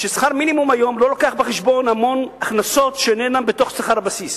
ששכר מינימום היום לא מביא בחשבון המון הכנסות שאינן בתוך שכר הבסיס.